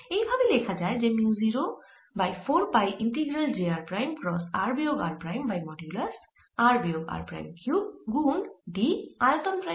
এই ভাবে লেখা যায় যে mu 0 by 4 pi integral j r prime cross r বিয়োগ r prime by modulus r বিয়োগ r প্রাইম কিউব গুন d আয়তন প্রাইম